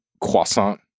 croissant